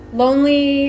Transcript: lonely